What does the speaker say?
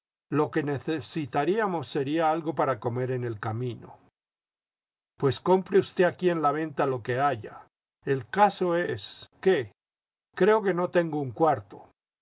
lo que necesitaríamos sería algo para comer en el camino pues compre usted aquí en la venta lo que haya el caso es jqué que creo que no tengo un cuarto